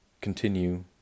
continue